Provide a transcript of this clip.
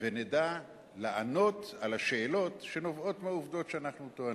ונדע לענות על השאלות שנובעות מהעובדות שאנחנו טוענים.